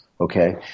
okay